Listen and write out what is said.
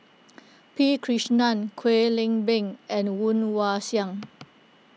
P Krishnan Kwek Leng Beng and Woon Wah Siang